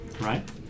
right